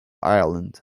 ireland